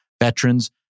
veterans